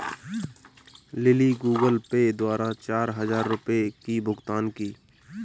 lily Google Pay द्वारा चार हजार रुपए की भुगतान की